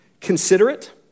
Considerate